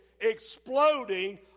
exploding